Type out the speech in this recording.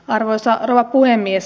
arvoisa rouva puhemies